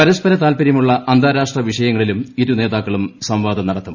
പരസ്പര താത്പര്യമുള്ള അന്താരാഷ്ട്ര വിഷയങ്ങളിലും ഇരു നേതാക്കളും സംവാദം നടത്തും